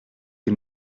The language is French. que